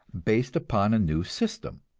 based upon a new system.